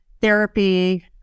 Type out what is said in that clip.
therapy